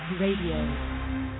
Radio